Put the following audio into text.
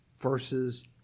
Versus